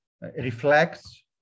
reflects